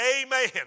Amen